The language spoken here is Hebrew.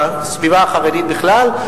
ובסביבה החרדית בכלל,